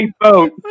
boat